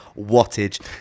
wattage